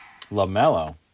LaMelo